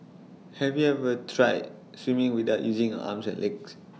have you ever tried swimming without using A arms and legs